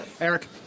Eric